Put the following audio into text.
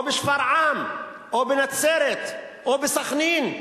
או בשפרעם, או בנצרת, או בסח'נין,